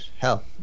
hell